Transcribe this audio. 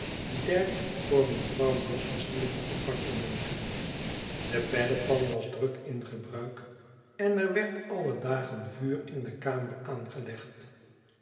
der voor mevrouw bloss bestemde appartementen de beddepan was druk in gebruik en er werd alle dagen vuur in de kamer aangelegd